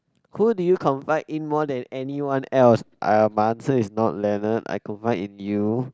who do you confide in more than anyone else uh my answer is not Leonard I confide in you